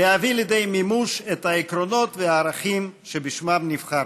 להביא לידי מימוש את העקרונות והערכים שבשמם נבחרנו.